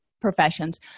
professions